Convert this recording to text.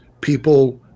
people